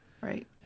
Right